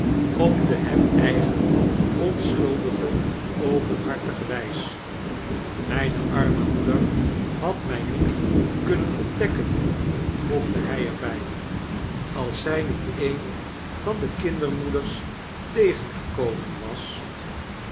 daarop gevolgd was opdehemeigen onschuldige openhartige wys mijne arme moeder had my niet kunnen ontdekken voegde hy er by als zy niet een van de kindermoeders tegengekomen wasdiemedelyden